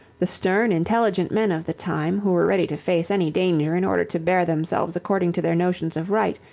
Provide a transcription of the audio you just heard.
the stern, intelligent men of the time, who were ready to face any danger in order to bear themselves according to their notions of right,